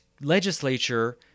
legislature